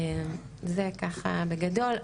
זה ככה בגדול.